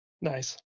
Nice